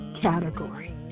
category